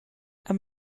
amb